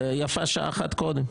ויפה שעה אחת קודם.